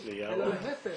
ולהיפך.